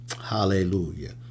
Hallelujah